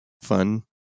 fun